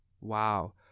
Wow